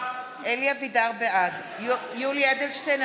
בעד יולי יואל אדלשטיין,